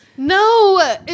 No